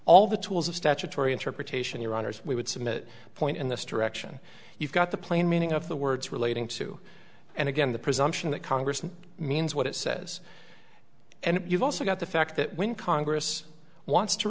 all the tools of statutory interpretation your honour's we would submit point in this direction you've got the plain meaning of the words relating to and again the presumption that congress means what it says and you've also got the fact that when congress wants to